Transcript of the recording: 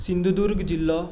सिंधुदूर्ग जिल्लो